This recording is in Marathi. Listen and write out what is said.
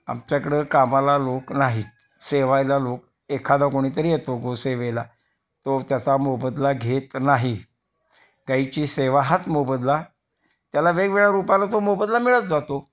आमच्याकडं कामाला लोक नाही आहेत सेवायला लोक एखादा कोणीतरी येतो गो सेवेला तो त्याचा मोबदला घेत नाही गाईची सेवा हाच मोबदला त्याला वेगवेगळ्या रूपाला तो मोबदला मिळत जातो